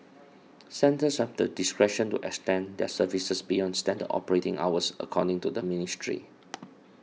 centres have the discretion to extend their services beyond standard operating hours according to the ministry